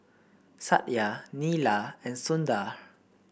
Satya Neila and Sundar